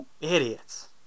Idiots